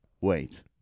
wait